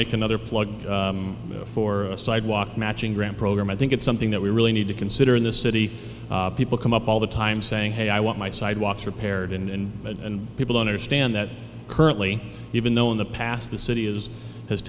make another plug for sidewalk matching grant program i think it's something that we really need to consider in this city people come up all the time saying hey i want my sidewalks repaired and and people understand that currently even though in the past the city has has